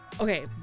Okay